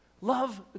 Love